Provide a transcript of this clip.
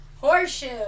Horseshoe